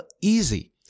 easy